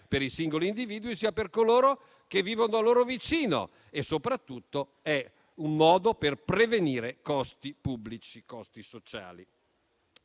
per i singoli individui, sia per coloro che vivono loro vicino. Soprattutto, è un modo per prevenire costi pubblici e sociali.